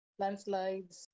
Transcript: landslides